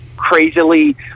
crazily